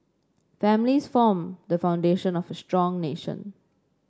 families form the foundation of a strong nation